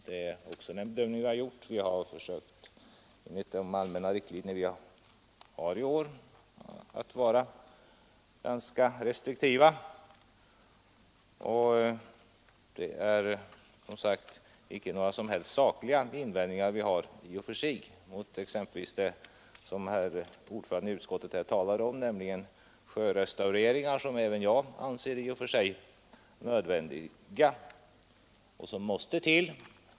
Det är också en bedömning som vi har gjort; vi har enligt de allmänna riktlinjer vi följer i år försökt vara ganska restriktiva. Vi har inga som helst sakliga invändningar mot exempelvis det som herr ordföranden i utskottet sade om sjörestaurering. Det är något som även jag anser nödvändigt — det är någonting som måste till.